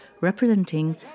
representing